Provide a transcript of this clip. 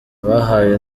abahawe